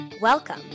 Welcome